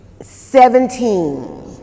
Seventeen